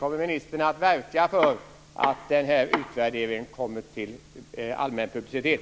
Kommer ministern att verka för att utvärderingen ska få allmän publicitet?